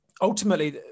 ultimately